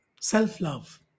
self-love